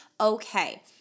okay